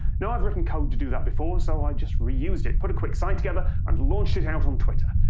now, i've written code to do that before, so i just reused it, put a quick site together, and launched it out on twitter.